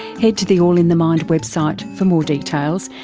head to the all in the mind website for more details,